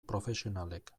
profesionalek